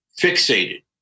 fixated